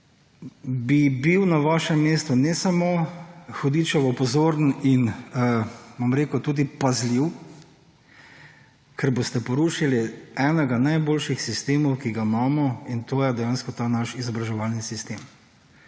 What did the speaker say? bi bil na vašem mestu ne samo hudičevo pozoren in, bom rekel, tudi pazljiv, ker boste porušili enega najboljših sistemov, ki ga imamo, in to je dejansko ta naš izobraževalni sistem,